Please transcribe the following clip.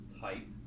tight